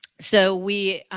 so, we